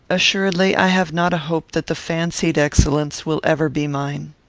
assuredly, i have not a hope that the fancied excellence will ever be mine.